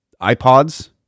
iPods